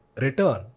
return